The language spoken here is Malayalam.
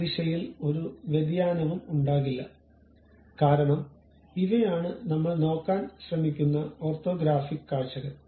ആ ദിശയിൽ ഒരു വ്യതിയാനവും ഉണ്ടാകില്ല കാരണം ഇവയാണ് നമ്മൾ നോക്കാൻ ശ്രമിക്കുന്ന ഓർത്തോഗ്രാഫിക് കാഴ്ചകൾ